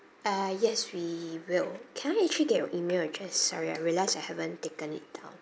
uh yes we will can I actually get your email address sorry I realised I haven't taken it down